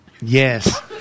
Yes